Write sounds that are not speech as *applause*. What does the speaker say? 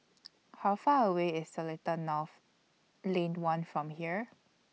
*noise* How Far away IS Seletar North Lane one from here